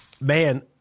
Man